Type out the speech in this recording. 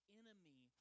enemy